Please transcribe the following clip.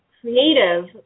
creative